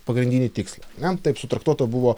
pagrindinį tikslą ane taip sutraktuota buvo